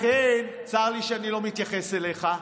ולכן, צר לי שאני לא מתייחס אליך,